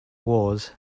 wars